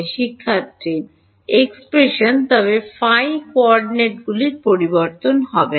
শিক্ষার্থী এক্সপ্রেশন তবে ফাই কোঅর্ডিনেটগুলি পরিবর্তন হবে না